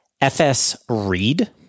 fs-read